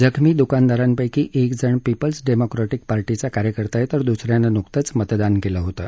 जखमी दुकानदारांपैकी एक जण पीपल्स डेमोक्रेटिक पार्टीचा कार्यकर्ता आहे तर दुस यानं नुकतंच मतदान केलं होतं